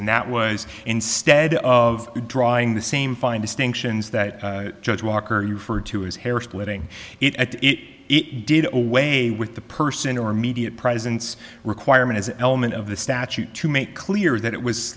and that was instead of drawing the same fine distinctions that judge walker you for two his hair splitting it at it it did away with the person or immediate presence requirement as an element of the statute to make clear that it was